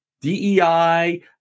DEI